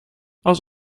als